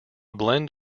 blend